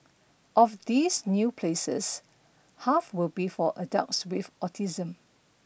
of these new places half will be for adults with autism